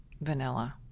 vanilla